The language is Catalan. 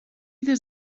des